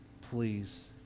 please